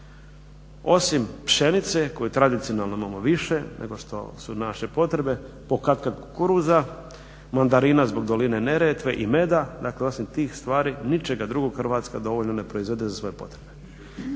osim pšenice koje tradicionalno imamo više nego što su naše potrebe, pokatkad kukuruza, mandarina zbog doline Neretve i meda. Dakle, osim tih stvari ničega drugog Hrvatska dovoljno ne proizvede za svoje potrebe.